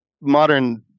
modern